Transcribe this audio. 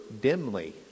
dimly